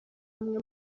umwe